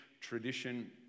tradition